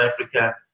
Africa